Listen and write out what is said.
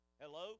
Hello